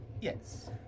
Yes